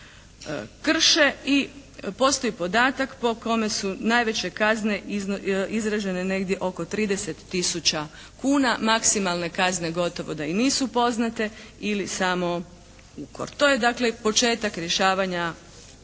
krše. I postoji podatak po kome su najveće kazne izražene negdje oko 30 tisuća kuna, maksimalne kazne gotovo da i nisu poznate ili samo ukor. To je dakle početak rješavanja